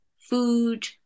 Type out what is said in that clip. food